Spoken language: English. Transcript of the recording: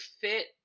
fit